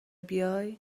بیای